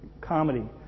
Comedy